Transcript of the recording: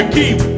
keep